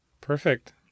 Perfect